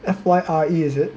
F Y R E is it